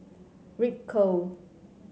Ripcurl